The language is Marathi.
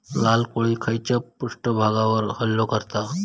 लाल कोळी खैच्या पृष्ठभागावर हल्लो करतत?